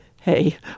Hey